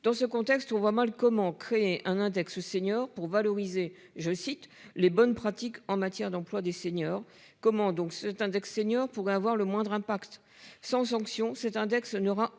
dans ce contexte, on voit mal comment créer un index seniors pour valoriser je cite les bonnes pratiques en matière d'emploi des seniors. Comment donc cet index seniors pourraient avoir le moindre impact sans sanction cet index n'aura aucun